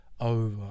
over